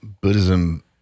Buddhism